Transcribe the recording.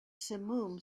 simum